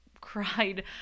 cried